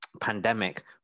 pandemic